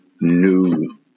new